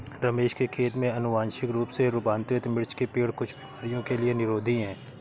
रमेश के खेत में अनुवांशिक रूप से रूपांतरित मिर्च के पेड़ कुछ बीमारियों के लिए निरोधी हैं